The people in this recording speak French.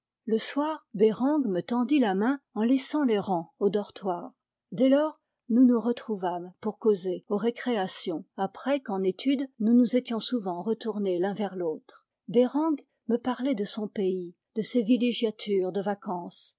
le soir bereng me tendit la main en laissant les rangs au dortoir dès lors nous nous retrouvâmes pour causer aux récréations après qu en étude nous nous étions souvent retournés l'un vers l'autre bereng me parlait de son pays de ses villégiatures de vacances